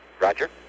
Roger